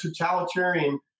totalitarian